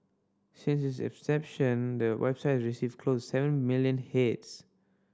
since its inception the website received close seven million hits